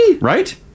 Right